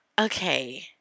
Okay